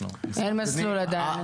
אנחנו נשמח לשמוע.